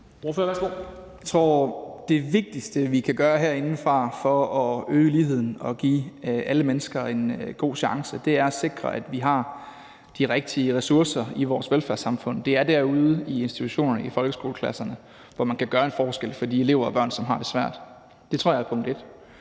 Jeg tror, at det vigtigste, vi kan gøre herindefra for at øge ligheden og give alle mennesker en god chance, er at sikre, at vi har de rigtige ressourcer i vores velfærdssamfund. Det er derude i institutionerne og i folkeskoleklasserne, man kan gøre en forskel for de elever og børn, som har det svært. Det tror jeg er punkt 1.